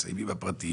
נמצאים עם הפרטים,